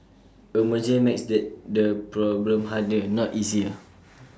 A merger makes that problem harder not easier